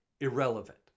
irrelevant